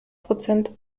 prozent